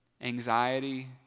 Anxiety